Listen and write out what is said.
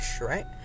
right